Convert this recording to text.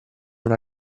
una